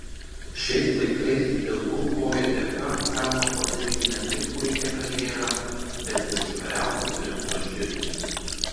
šiais laikais ilgų kojų dėka galima padaryti ne tik puikią karjerą bet ir užkariauti princo širdį